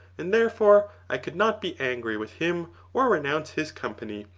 and therefore i could not be angry with him or renounce his company,